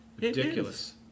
Ridiculous